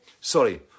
sorry